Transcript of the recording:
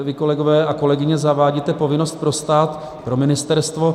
Vy, kolegyně a kolegové, zavádíte povinnost pro stát, pro ministerstvo.